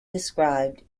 described